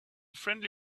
friendly